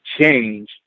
change